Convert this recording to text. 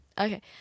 Okay